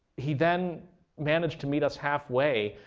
he then managed to meet us halfway.